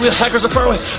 hackers are far away.